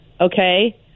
okay